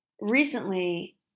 recently